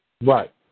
Right